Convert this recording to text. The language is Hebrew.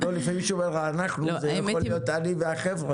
לפעמים כשאומרים "אנחנו" זה יכול להיות אני והחבר'ה.